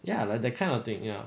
ya like that kind of thing you know